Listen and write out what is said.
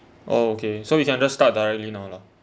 oh okay so we can just start directly now lah